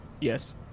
Yes